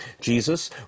Jesus